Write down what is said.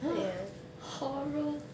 !huh! horror